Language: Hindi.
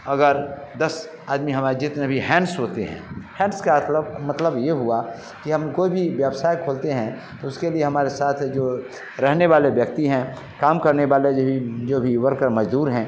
अगर दस आदमी हमारे जितने भी हैंड्स होते हैं हैंड्स का अतलब मतलब यह हुआ कि हम कोई भी व्यवसाय खोलते हैं तो उसके लिए हम हमारे साथ जो रहने वाले व्यक्ति हैं काम करने वाले ही जो भी वरकर मज़दूर हैं